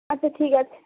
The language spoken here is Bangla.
আচ্ছা ঠিক আছে